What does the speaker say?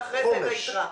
ואחרי זה את היתרה.